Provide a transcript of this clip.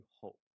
hope